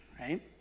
right